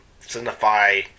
signify